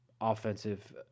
offensive